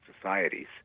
societies